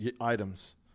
items